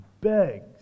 begs